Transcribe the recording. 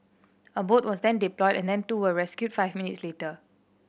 a boat was then deployed and then two were rescued five minutes later